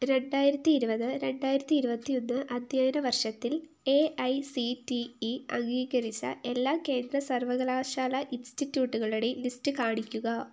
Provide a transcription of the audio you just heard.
രണ്ടായിരത്തി ഇരുപത് രണ്ടായിരത്തി ഇരുപത്തിയൊന്ന് അധ്യയന വർഷത്തിൽ A I C T E അംഗീകരിച്ച എല്ലാ കേന്ദ്ര സർവ്വകലാശാല ഇൻസ്റ്റിറ്റ്യൂട്ടുകളുടെയും ലിസ്റ്റ് കാണിക്കുക